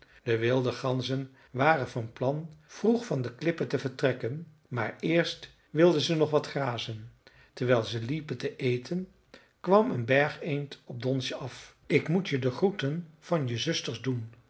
de wilde ganzen waren van plan vroeg van de klippen te vertrekken maar eerst wilden ze nog wat grazen terwijl ze liepen te eten kwam een bergeend op donsje af ik moet je de groeten van je zusters doen